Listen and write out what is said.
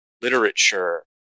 literature